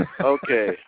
Okay